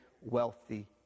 wealthy